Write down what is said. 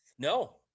No